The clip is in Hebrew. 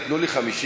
נתנו לי 50,